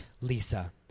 Lisa